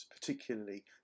particularly